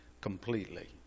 completely